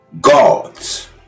gods